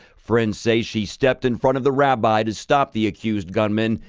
friends say she stepped in front of the rabbi to stop the accused gunman,